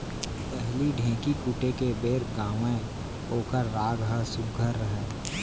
पहिली ढ़ेंकी कूटे के बेर गावयँ ओकर राग ह सुग्घर रहय